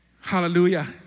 Hallelujah